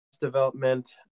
development